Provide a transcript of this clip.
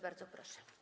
Bardzo proszę.